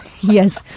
Yes